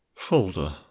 Folder